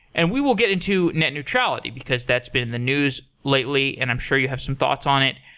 and we will get into net neutrality, because that's been in the news lately and i'm sure you have some thoughts on it.